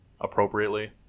appropriately